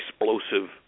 explosive